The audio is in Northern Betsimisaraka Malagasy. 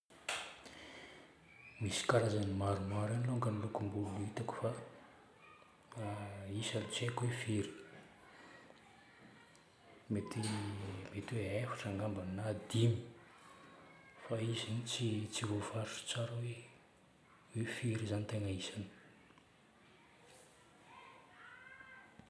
Misy karazagny maromaro ihany longany lokom-bolo hitako fa isany tsy haiko hoe firy. Mety hoe efatra ngambany na dimy. Fa izy zagny tsy voafaritro tsara hoe firy zagny tegna isany.